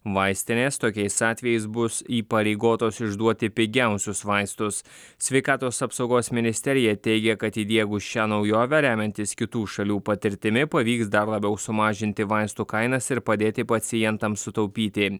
vaistinės tokiais atvejais bus įpareigotos išduoti pigiausius vaistus sveikatos apsaugos ministerija teigia kad įdiegus šią naujovę remiantis kitų šalių patirtimi pavyks dar labiau sumažinti vaistų kainas ir padėti pacientams sutaupyti